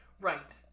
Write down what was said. right